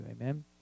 Amen